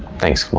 thanks,